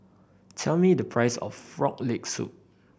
tell me the price of Frog Leg Soup